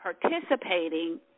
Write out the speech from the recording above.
participating